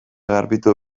garbitu